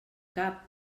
cap